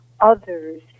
others